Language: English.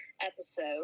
episode